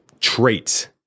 traits